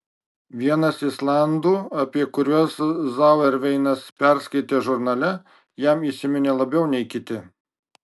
vienas islandų apie kuriuos zauerveinas perskaitė žurnale jam įsiminė labiau nei kiti